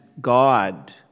God